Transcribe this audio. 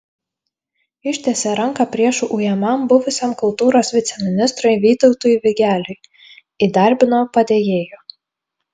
ištiesė ranką priešų ujamam buvusiam kultūros viceministrui vytautui vigeliui įdarbino padėjėju